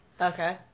Okay